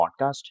podcast